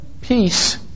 Peace